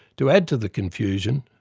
to add to the confusion,